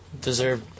deserve